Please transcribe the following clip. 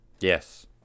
Yes